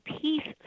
peace